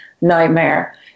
nightmare